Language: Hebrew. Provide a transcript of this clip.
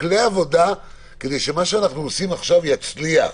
זה כלי עבודה כדי שמה שאנחנו עושים עכשיו יצליח.